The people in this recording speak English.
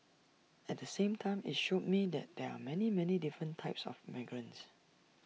at the same time IT showed me that there are many many different types of migrants